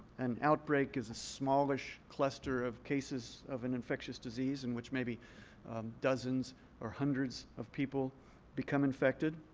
an outbreak is a smallish cluster of cases of an infectious disease in which maybe dozens or hundreds of people become infected.